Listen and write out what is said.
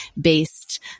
based